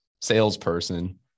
salesperson